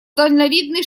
дальновидный